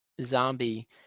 zombie